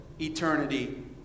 eternity